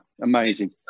amazing